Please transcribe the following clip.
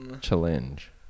challenge